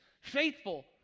faithful